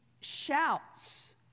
shouts